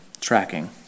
tracking